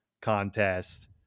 contest